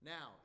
Now